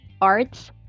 arts